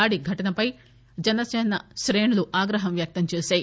దాడి ఘటనపై జనసీన శ్రేణులు ఆగ్రహం వ్యక్తం చేశాయి